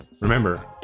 remember